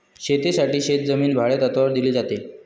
शेतीसाठी शेतजमीन भाडेतत्त्वावर दिली जाते